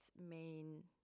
main